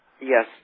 Yes